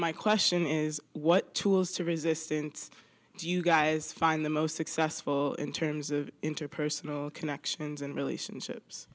my question is what tools to resistance do you guys find the most successful in terms of interpersonal connections and relationships